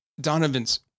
Donovan's